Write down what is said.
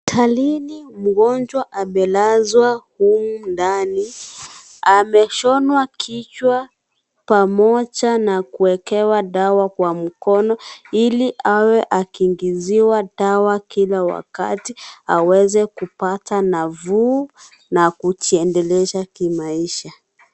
Hospitalini, mgonjwa amelazwa humu ndani. Ameshonwa kichwa pamoja na kuwekewa dawa kwa mkono ili awe akiingiziwa dawa kila wakati, aweze kupata nafuu na kujiendeleza kimaisha.